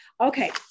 Okay